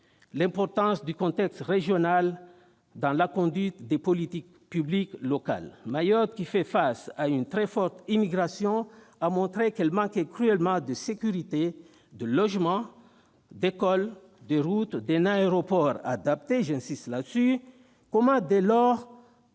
l'importance du contexte régional dans la conduite des politiques publiques locales. Mayotte, qui fait face à une très forte immigration, a montré qu'elle manquait cruellement de sécurité, de logements, d'écoles, de routes et d'un aéroport adapté- j'insiste sur ce dernier point. Dès lors,